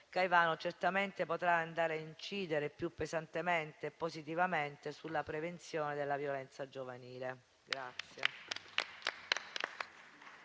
Caivano certamente potrà andare ad incidere più pesantemente e positivamente sulla prevenzione della violenza giovanile.